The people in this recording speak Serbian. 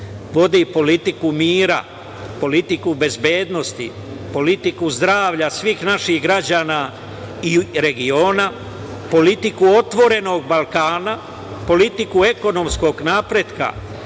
vodi politiku mira, politiku bezbednosti, politiku zdravlja svih naših građana i regiona, politiku „Otvorenog Balkana“, politiku ekonomskog napretka,